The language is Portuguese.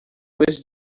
dois